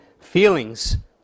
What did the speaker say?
feelings